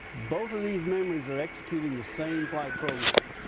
both of these memories are executing the same flight program.